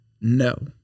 no